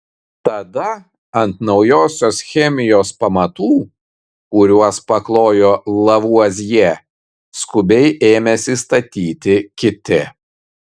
tada ant naujosios chemijos pamatų kuriuos paklojo lavuazjė skubiai ėmėsi statyti kiti